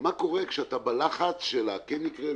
מה קורה כשאתה בלחץ של כן יקרה,